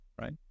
right